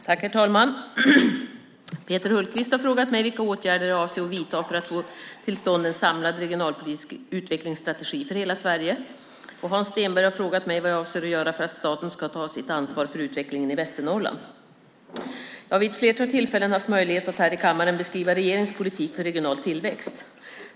Herr talman! Peter Hultqvist har frågat mig vilka åtgärder jag avser att vidta för att få till stånd en samlad regionalpolitisk utvecklingsstrategi för hela Sverige och Hans Stenberg har frågat mig vad jag avser att göra för att staten ska ta sitt ansvar för utvecklingen i Västernorrland. Jag har vid ett flertal tillfällen haft möjlighet att här i kammaren beskriva regeringens politik för regional tillväxt.